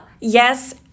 yes